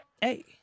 Hey